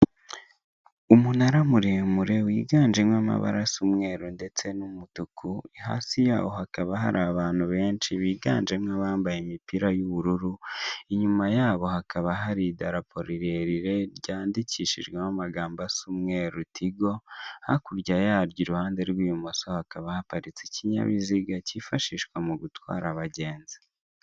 Umunara muremure wiganjemo amabara asa umweru ndetse n'umutuku, hasi yaho hakaba hari abantu benshi biganjemo abambaye imipira y'ubururu, inyuma yabo hakaba hari idarapo rirerire ryandikishijweho amagambo asa umweru tigo, hakurya yaryo iruhande rw'ibumoso hakaba haparitse ikinyabiziga cyifashishwa mu gutwara abagenzi.